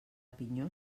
pinyó